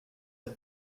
and